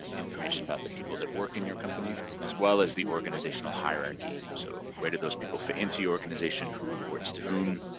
and information about the people that work in your company as well as the organizational hierarchy, so where do those people fit into your organization, who reports to whom,